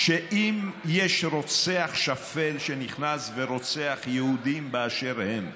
שאם יש רוצח שפל שנכנס ורוצח יהודים באשר הם,